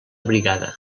brigada